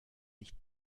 nicht